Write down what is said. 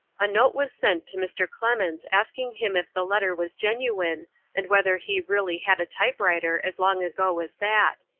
a note was sent to mr. clemens asking him if the letter was genuine and whether he really had a typewriter as long ago as that.